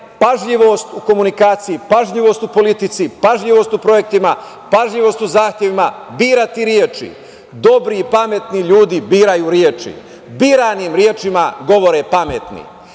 pažljivost u komunikaciji, pažljivost u politici, pažljivost u projektima, pažljivost u zahtevima. Birati reči, dobri i pametni ljudi biraju reči. Biranim rečima govore pametni.